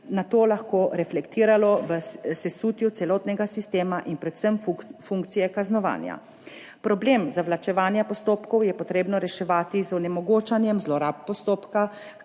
nato lahko reflektiralo v sesutju celotnega sistema in predvsem funkcije kaznovanja. Problem zavlačevanja postopkov je potrebno reševati z onemogočanjem zlorab postopka,